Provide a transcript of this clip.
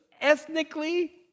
ethnically